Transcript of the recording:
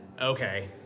okay